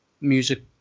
music